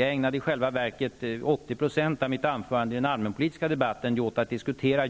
Jag ägnade i själva verket 80 % av mitt anförande i den allmänpolitiska debatten åt